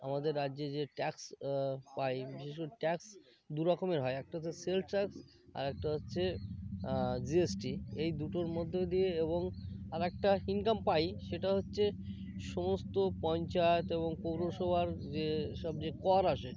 আমাদের রাজ্যে যে ট্যাক্স পাই বিশেষ করে ট্যাক্স দু রকমের হয় একটা হচ্ছে সেলস ট্যাক্স আর একটা হচ্ছে জি এস টি এই দুটোর মধ্যে দিয়ে এবং আর একটা ইনকাম পাই সেটা হচ্ছে সমস্ত পঞ্চায়েত এবং পৌরসভার যেসব যে কর আসে